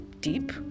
deep